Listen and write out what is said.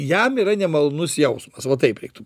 jam yra nemalonus jausmas va taip reiktų